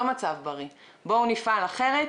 בואו נפעל אחרת.